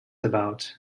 about